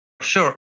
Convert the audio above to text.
Sure